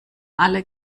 alle